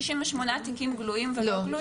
668 תיקים גלויים ולא גלויים?